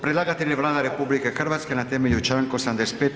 Predlagatelj je Vlada RH na temelju članka 85.